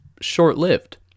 short-lived